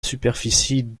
superficie